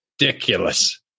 ridiculous